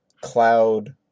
Cloud